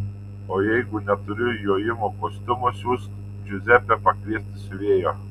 o jeigu neturi jojimo kostiumo siųsk džiuzepę pakviesti siuvėjo